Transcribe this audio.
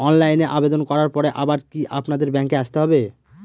অনলাইনে আবেদন করার পরে আবার কি আপনাদের ব্যাঙ্কে আসতে হবে?